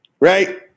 Right